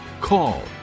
Call